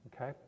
okay